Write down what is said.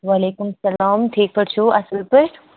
وعلیکُم اسلام ٹھیٖک پٲٹھۍ چھُو اَصٕل پٲٹھۍ